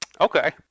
okay